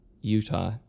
Utah